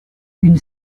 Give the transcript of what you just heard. une